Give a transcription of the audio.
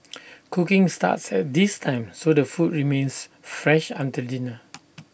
cooking starts at this time so the food remains fresh until dinner